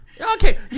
okay